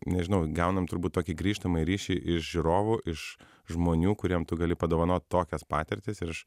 nežinau gaunam turbūt tokį grįžtamąjį ryšį iš žiūrovų iš žmonių kuriem tu gali padovanot tokias patirtis ir aš